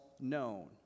known